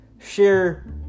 share